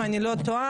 אם אני לא טועה,